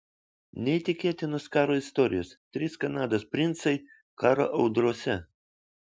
neįtikėtinos karo istorijos trys kanados princai karo audrose